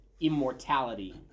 immortality